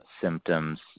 symptoms